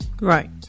right